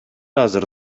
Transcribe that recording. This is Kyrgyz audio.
азыр